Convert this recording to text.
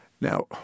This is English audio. Now